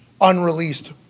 Unreleased